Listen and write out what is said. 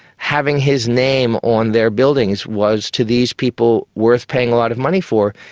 having his name on their buildings was to these people worth paying a lot of money for.